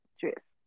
dress